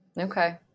Okay